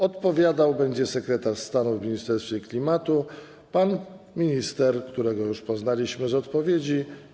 Odpowiadał będzie sekretarz stanu w Ministerstwie Klimatu pan minister Ireneusz Zyska, którego już poznaliśmy przy odpowiedzi.